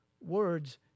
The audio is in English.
words